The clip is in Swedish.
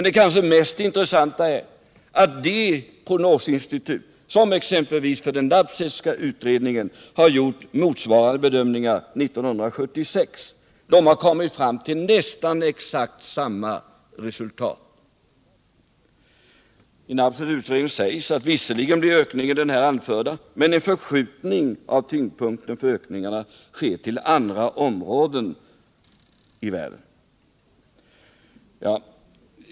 Det kanske mest intressanta är dock att de prognosinstitut som har gjort motsvarande bedömningar för exempelvis den Nabsethska utredningen år 1976 har kommit fram till nästan exakt samma resultat. I Nabseths utredning sägs att ökningen visserligen blir den här anförda men att en förskjutning av tyngdpunkten för ökningarna sker till andra områden i världen.